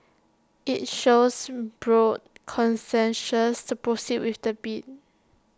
IT shows broad consensus to proceed with the bid